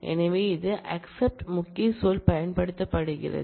எனவே அது அகஸ்ப்ட் முக்கிய சொல் மூலம் செய்யப்படுகிறது